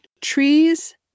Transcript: Trees